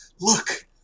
Look